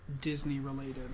Disney-related